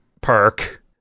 perk